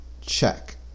check